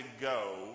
go